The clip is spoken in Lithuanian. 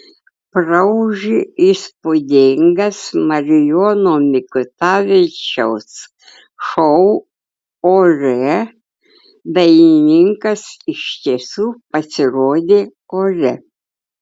praūžė įspūdingas marijono mikutavičiaus šou ore dainininkas iš tiesų pasirodė ore